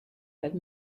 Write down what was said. had